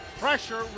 pressure